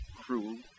cruel